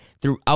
throughout